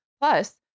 Plus